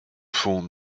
font